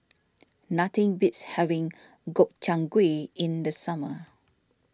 nothing beats having Gobchang Gui in the summer